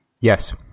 Yes